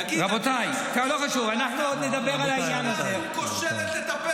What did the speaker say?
תגיד, אדוני היושב-ראש, הממשלה הזו כושלת לטפל